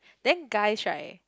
then guys right